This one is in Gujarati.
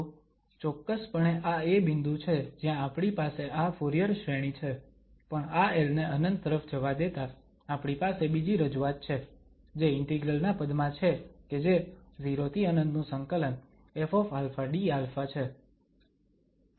તો ચોક્કસપણે આ એ બિંદુ છે જ્યાં આપણી પાસે આ ફુરીયર શ્રેણી છે પણ આ l ને ∞ તરફ જવા દેતા આપણી પાસે બીજી રજૂઆત છે જે ઇન્ટિગ્રલ ના પદમાં છે કે જે 0∫∞ ƒαdα છે